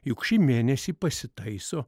juk šį mėnesį pasitaiso